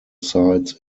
sites